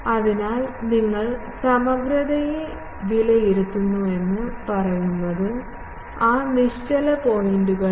അതിനാൽ നിങ്ങൾ സമഗ്രതയെ വിലയിരുത്തുന്നുവെന്ന് പറയുന്നത് ആ നിശ്ചല പോയിൻറുകൾ